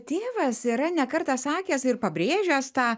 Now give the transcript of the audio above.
tėvas yra ne kartą sakęs ir pabrėžęs tą